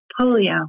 polio